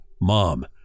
Mom